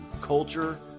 culture